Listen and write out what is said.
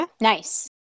Nice